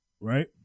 right